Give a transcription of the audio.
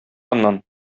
аннан